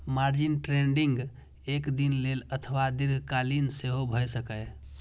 margin trading एक दिन लेल अथवा दीर्घकालीन सेहो भए सकैए